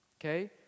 okay